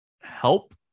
help